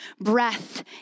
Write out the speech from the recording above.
breath